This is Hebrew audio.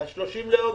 ב-30 באוגוסט.